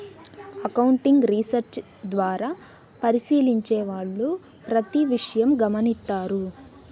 accounting research ద్వారా పరిశీలించే వాళ్ళు ప్రతి విషయం గమనిత్తారు